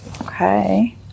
Okay